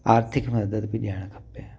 आर्थिक मदद बि ॾियणु खपे